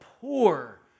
poor